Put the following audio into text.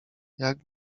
jak